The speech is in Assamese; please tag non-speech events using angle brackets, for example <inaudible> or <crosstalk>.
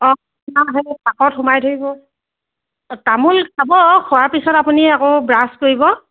<unintelligible> পাকত সোমাই ধৰিব তামোল খাব খোৱাৰ পিছত আপুনি আকৌ ব্ৰাছ কৰিব